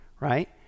Right